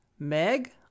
meg